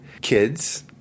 kids